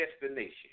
destination